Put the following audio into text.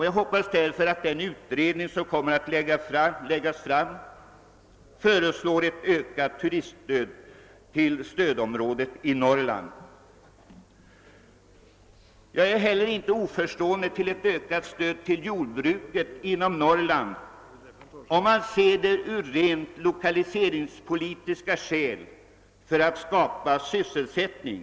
Jag hoppas därför att den utredning som skall bedöma denna fråga kommer att lägga fram förslag om vidgat stöd ill turistnäringen inom stödområdet i Norrland. Jag ställer mig heller inte oförstående inför ett ökat stöd till jordbruket inom Norrland, om man ser det från lokaliseringspolitisk synpunkt i syfte att skapa sysselsättning.